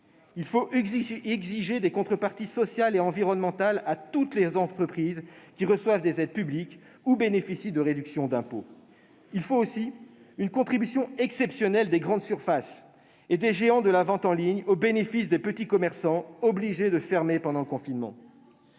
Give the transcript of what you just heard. d'exiger des contreparties sociales et environnementales de la part de toutes les entreprises qui reçoivent des aides publiques ou bénéficient de réduction d'impôts. Il faut, aussi, une contribution exceptionnelle des grandes surfaces ... N'importe quoi !... et des géants de la vente en ligne au bénéfice des petits commerçants obligés de fermer pendant le confinement.